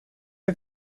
are